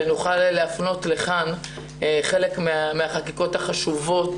ונוכל להפנות לכאן חלק מהחקיקות החשובות